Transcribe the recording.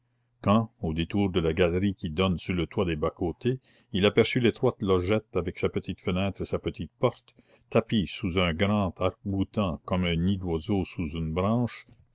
quand au détour de la galerie qui donne sur le toit des bas côtés il aperçut l'étroite logette avec sa petite fenêtre et sa petite porte tapie sous un grand arc boutant comme un nid d'oiseau sous une branche